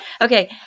Okay